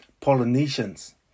Polynesians